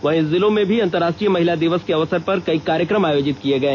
उधर जिलों में भी अंतर्राष्ट्रीय महिला दिवस के अवसर पर कई कार्यकम आयोजित किए गए